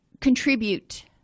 contribute